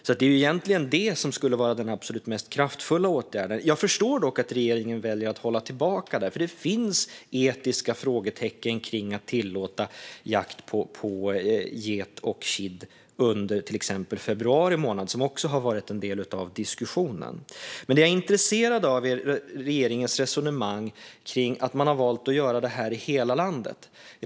Det är alltså egentligen detta som skulle vara den absolut mest kraftfulla åtgärden. Jag förstår dock att regeringen väljer att hålla tillbaka detta, för det finns etiska frågetecken kring att tillåta jakt på get och kid under till exempel februari månad, som också har varit en del av diskussionen. Det jag är intresserad av är regeringens resonemang kring att man har valt att göra detta i hela landet.